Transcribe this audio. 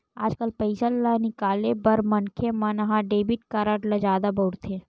आजकाल पइसा ल निकाले बर मनखे मन ह डेबिट कारड ल जादा बउरथे